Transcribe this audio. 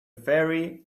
ferry